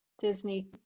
disney